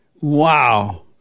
Wow